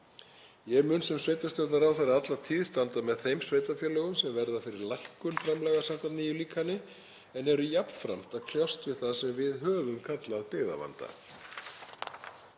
Ég mun sem sveitarstjórnarráðherra alla tíð standa með þeim sveitarfélögum sem verða fyrir lækkun framlaga samkvæmt nýju líkani en eru jafnframt að kljást við það sem við höfum kallað byggðavanda.